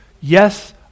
Yes